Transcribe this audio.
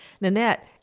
Nanette